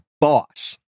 boss